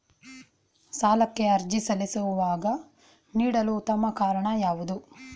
ಸಾಲಕ್ಕೆ ಅರ್ಜಿ ಸಲ್ಲಿಸುವಾಗ ನೀಡಲು ಉತ್ತಮ ಕಾರಣ ಯಾವುದು?